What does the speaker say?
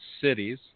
cities